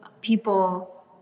people